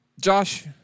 Josh